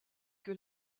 que